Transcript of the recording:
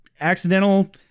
accidental